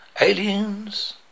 aliens